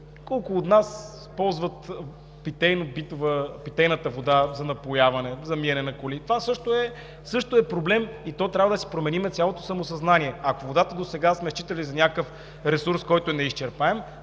колко от нас ползват питейната вода за напояване, за миене на коли? Това също е проблем и трябва да променим цялото самосъзнание. Ако досега сме считали водата за някакъв неизчерпаем